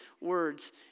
words